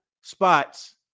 spots